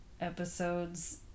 episodes